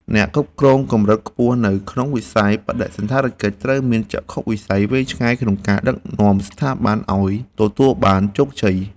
អ្នកគ្រប់គ្រងកម្រិតខ្ពស់នៅក្នុងវិស័យបដិសណ្ឋារកិច្ចត្រូវមានចក្ខុវិស័យវែងឆ្ងាយក្នុងការដឹកនាំស្ថាប័នឱ្យទទួលបានជោគជ័យ។